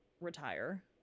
retire